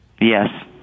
Yes